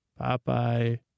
Popeye